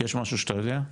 יש משהו שאתה יודע?